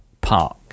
Park